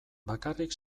bakarrik